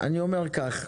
אני אומר כך,